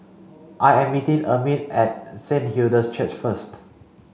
I am meeting Ermine at Saint Hilda's Church first